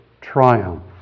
triumph